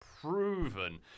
proven